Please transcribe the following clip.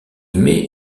animé